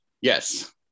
Yes